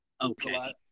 Okay